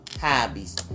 Hobbies